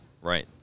Right